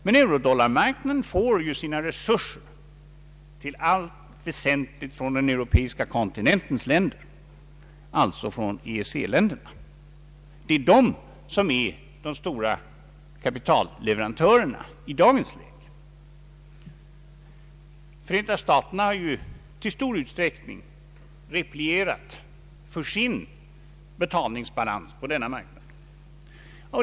Men eurodollarmarknaden får sina resurser i allt väsentligt från den europeiska kontinentens länder, alltså EEC länderna. Dessa är de stora kapitalleverantörerna i dagens läge. Förenta staterna har i stor utsträckning replierat på denna marknad för sin betalningsbalans.